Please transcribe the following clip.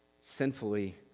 sinfully